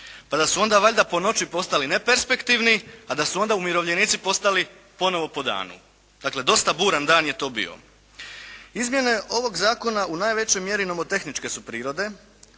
pa da su onda valjda po noći postali neperspektivni, a da su onda umirovljenici postali ponovo po danu. Dakle dosta buran dan je to bio. Izmjene ovog zakona u najvećoj mjeri nomotehničke su prirode